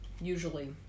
usually